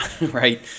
right